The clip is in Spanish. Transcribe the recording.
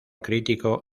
crítico